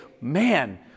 Man